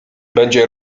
będzie